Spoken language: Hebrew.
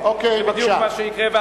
בדיוק מה שיקרה.